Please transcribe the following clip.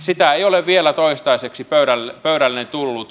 sitä ei ole vielä toistaiseksi pöydälleni tullut